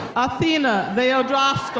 athena theodoratos.